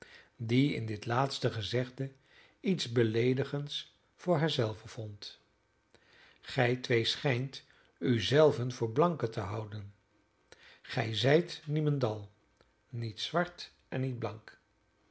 die in dit laatste gezegde iets beleedigends voor haar zelve vond gij twee schijnt u zelven voor blanken te houden gij zijt niemendal niet zwart en niet blank